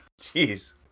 jeez